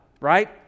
right